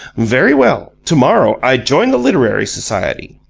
very well. tomorrow i join the literary society.